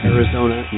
Arizona